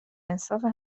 انصافه